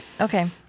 Okay